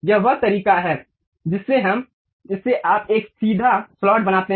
यह वह तरीका है जिससे आप एक सीधा स्लॉट बनाते हैं